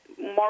More